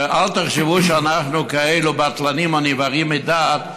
אל תחשבו שאנחנו כאלה בטלנים או נבערים מדעת,